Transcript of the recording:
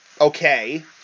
Okay